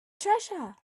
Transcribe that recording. treasure